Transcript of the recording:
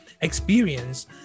experience